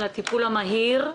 על הטיפול המהיר,